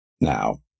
Now